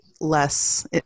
less